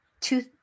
Two